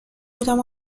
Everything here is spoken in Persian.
بودم